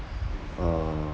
uh